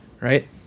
right